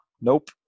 Nope